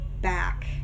back